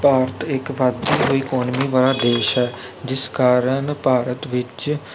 ਭਾਰਤ ਇੱਕ ਵੱਧਦੀ ਹੋਈ ਇਕੋਨਮੀ ਵਾਲਾ ਦੇਸ਼ ਹੈ ਜਿਸ ਕਾਰਨ ਭਾਰਤ ਵਿੱਚ